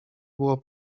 było